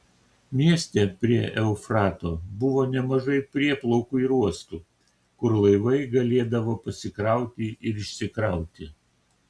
mieste prie eufrato buvo nemažai prieplaukų ir uostų kur laivai galėdavo pasikrauti ir išsikrauti